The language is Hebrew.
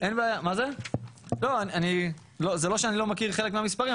זה לא שאני לא מכיר חלק מהמספרים,